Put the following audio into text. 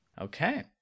Okay